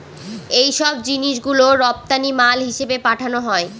এইসব জিনিস গুলো রপ্তানি মাল হিসেবে পাঠানো হয়